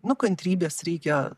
nu kantrybės reikia